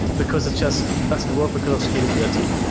because it's just faster work because of scalability.